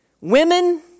Women